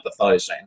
empathizing